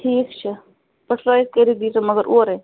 ٹھیٖک چھُ پٕٹھرٲوتھ کرتھ دی زیو مگر اورے